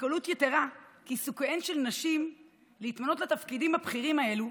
בקלות יתרה כי סיכוייהן של נשים להתמנות לתפקידים הבכירים האלה,